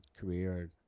career